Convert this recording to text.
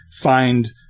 find